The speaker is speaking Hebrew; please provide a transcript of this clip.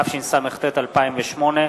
התשס"ט 2008,